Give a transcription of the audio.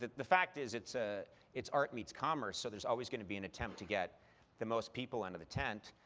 the the fact is it's ah it's art meets commerce, so there's always going to be an attempt to get the most people under the tent.